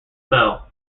spell